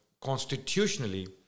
constitutionally